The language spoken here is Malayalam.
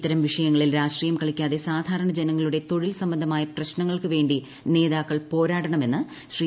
ഇത്തരം വിഷയങ്ങളിൽ രാഷ്ട്രീയം കളിക്കാതെ സാധാരണ ജനങ്ങളുടെ തൊഴിൽ സംബന്ധമായ പ്രശ്നങ്ങൾക്കുവേണ്ടി നേതാക്കൾ പോരാടണമെന്ന് ശ്രീ